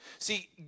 See